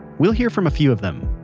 we'll hear from a few of them,